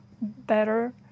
better